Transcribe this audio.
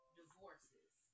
divorces